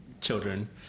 children